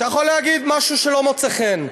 אתה יכול להגיד משהו שלא מוצא חן.